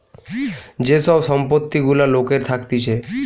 যে সব সম্পত্তি গুলা লোকের থাকতিছে